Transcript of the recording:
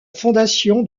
fondation